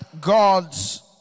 God's